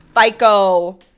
FICO